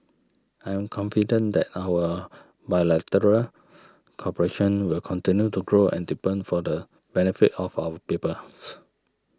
I am confident that our bilateral cooperation will continue to grow and deepen for the benefit of our peoples